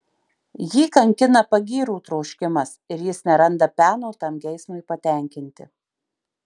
jį kankina pagyrų troškimas ir jis neranda peno tam geismui patenkinti